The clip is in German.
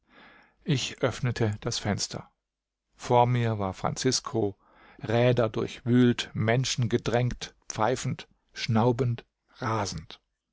ich öffnete das fenster vor mir war francisco räderdurchwühlt menschengedrängt pfeifend schnaubend rasend